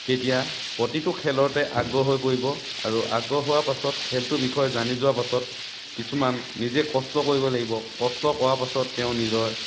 তেতিয়া প্ৰতিটো খেলতে আগ্ৰহ হৈ পৰিব আৰু আগ্ৰহ হোৱাৰ পাছত খেলটোৰ বিষয়ে জানি যোৱাৰ পাছত কিছুমান নিজে কষ্ট কৰিব লাগিব কষ্ট কৰা পাছত তেওঁ নিজৰ